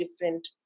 different